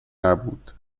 نبود